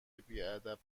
بیادب